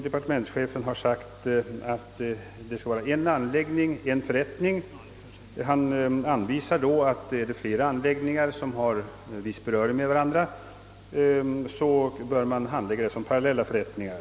Departementschefen har uttalat att det skall vara en förrättning för varje anläggning. Om flera anläggningar har viss beröring med varandra, bör dessa handläggas som parallella förrättningar.